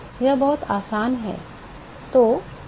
यह बहुत आसान है